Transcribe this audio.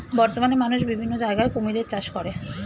বর্তমানে মানুষ বিভিন্ন জায়গায় কুমিরের চাষ করে